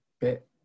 bit